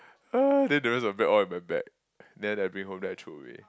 uh then the rest of bread all in my bag then I bring home then I throw away